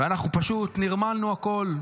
ואנחנו פשוט נרמלנו הכול.